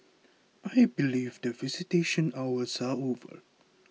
I believe that visitation hours are over